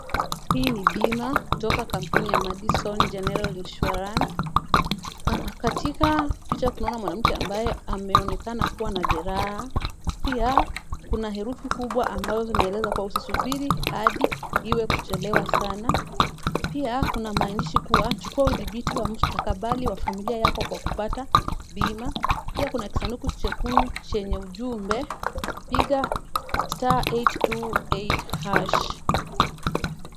Hii ni bima kutoka kampuni ya Madison General Insurance. Katika picha tunaona mwanamke ambaye ameonekana kuwa na jeraha. Pia kuna herufi kubwa ambao zinaeleza kuwa usisubiri hadi iwe kuchelewa sana. Pia kuna maandishi kuwa chukua udhibiti wa mustakabali wa familia yako kwa kupata bima. Pia kuna kisanduku chekundu chenye ujumbe piga *828#.